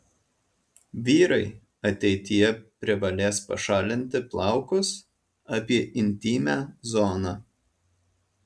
vyrai ateityje privalės pašalinti plaukus apie intymią zoną